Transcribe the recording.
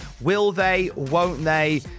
will-they-won't-they